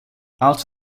out